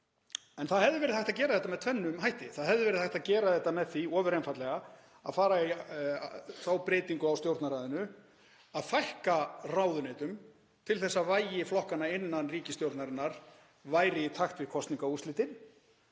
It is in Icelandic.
En það hefði verið hægt að gera þetta með tvennum hætti. Það hefði verið hægt að gera þetta með því ofur einfaldlega að fara í þá breytingu á Stjórnarráðinu að fækka ráðuneytum til að vægi flokkanna innan ríkisstjórnarinnar væri í takt við kosningaúrslitin,